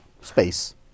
space